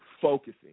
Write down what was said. Focusing